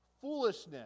foolishness